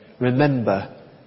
remember